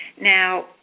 Now